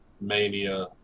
mania